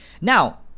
now